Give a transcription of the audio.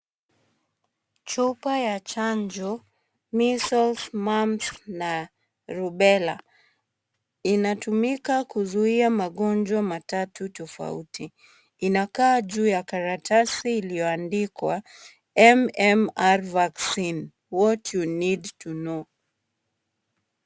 Chupa ya chanjo measles, mumps na rubella. Inatumika kuzuia magonjwa matatu tofauti. Inakaa juu ya karatasi iliyoandikwa MMR vaccine what you need to know.